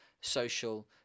social